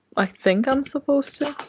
like think i'm supposed to